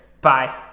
Bye